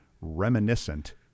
reminiscent